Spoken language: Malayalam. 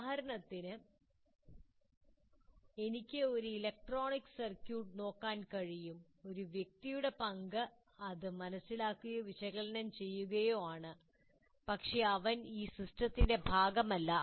ഉദാഹരണത്തിന് എനിക്ക് ഒരു ഇലക്ട്രോണിക് സർക്യൂട്ട് നോക്കാൻ കഴിയും ഒരു വ്യക്തിയുടെ പങ്ക് അത് മനസിലാക്കുകയോ വിശകലനം ചെയ്യുകയോ ആണ് പക്ഷേ അവൻ ഈ സിസ്റ്റത്തിന്റെ ഭാഗമല്ല